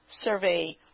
survey